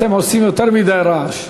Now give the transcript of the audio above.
אתם עושים יותר מדי רעש.